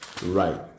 Right